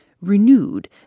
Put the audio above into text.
renewed